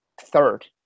third